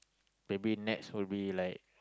maybe next will be like